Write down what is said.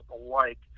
alike